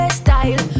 style